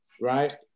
Right